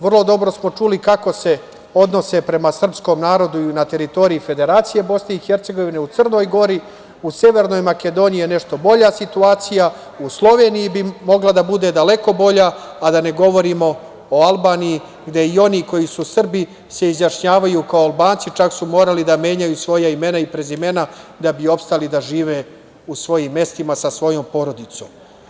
Vrlo dobro smo čuli kako se odnose prema srpskom narodu na teritoriji Federacije Bosne i Hercegovine, u Crnoj Gori, u Severnoj Makedoniji je nešto bolja situacija, u Sloveniji bi mogla da bude daleko bolja, a da ne govorimo o Albaniji, gde i oni koji su Srbi se izjašnjavaju kao Albanci, čak su morali da menjaju svoja imena i prezimena da bi ostali da žive u svojim mestima sa svojom porodicom.